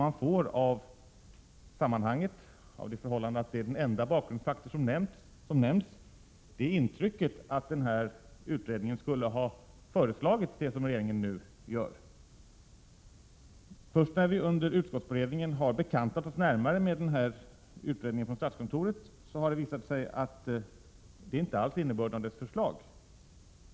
Läsaren får av sammanhanget, av det förhållandet att det är den enda bakgrundsfaktor som nämns, intrycket att denna utredning skulle ha föreslagit det som har blivit regeringens handlande. Först när vi under utskottsberedningen närmare bekantade oss med statskontorets utredning upptäckte vi att detta inte alls var innebörden av dess förslag.